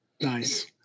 Nice